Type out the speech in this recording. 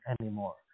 anymore